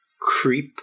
creep